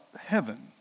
heaven